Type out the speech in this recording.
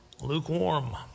Lukewarm